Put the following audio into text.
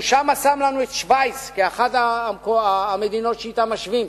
הוא שם לנו את שווייץ כאחת המדינות שאתן משווים,